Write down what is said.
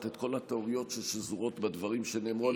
את כל הטעויות ששזורות בדברים שנאמרו על ידך,